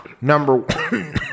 Number